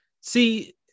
see